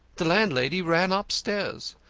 the landlady ran upstairs.